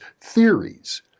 theories